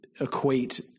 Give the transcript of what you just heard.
equate